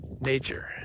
nature